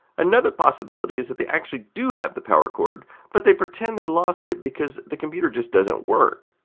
another possibility is that they actually do have the power cord but they pretend they lost it because the computer just doesn't work,